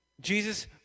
Jesus